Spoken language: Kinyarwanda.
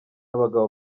abagabo